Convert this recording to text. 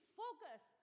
focus